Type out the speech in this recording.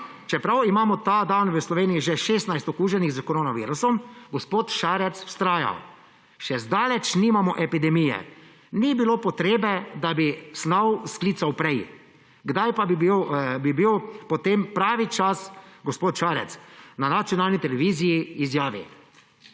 Čeprav imamo ta dan v Sloveniji že 16 okuženih s koronavirusom, gospod Šarec vztraja, »še zdaleč nimamo epidemije. Ni bilo potrebe, da bi SNAV sklical prej«. Kdaj pa bi bil potem pravi čas? Gospod Šarec na nacionalni televiziji izjavi,